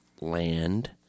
land